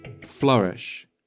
flourish